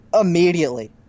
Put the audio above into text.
immediately